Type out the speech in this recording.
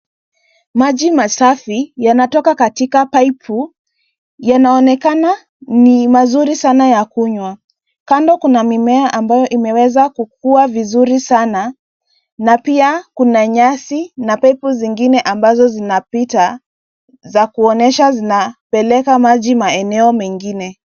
Maji masafi yanatoka katika pipu, yanaonekana ni mazuri sana ya kunywa. Kando kuna mimea ambayo imeweza kukua vizuri sana na pia kuna nyasi na pipu zingine ambazo zinapita zakuonyesha zina peleka maji maeneo mengine.